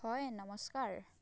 হয় নমস্কাৰ